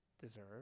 deserve